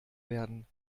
werden